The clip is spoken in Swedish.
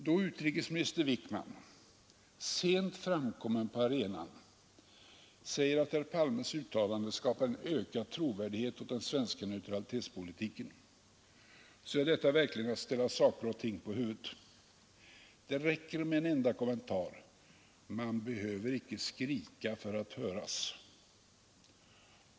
Då utrikesminister Wickman, sent framkommen på arenan, säger att herr Palmes uttalande skapar en ökad trovärdhet åt den svenska neutralitetspolitiken är detta verkligen att ställa saker och ting på huvudet. Det räcker med en enda kommentar: Man behöver icke skrika för att höras.